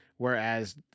whereas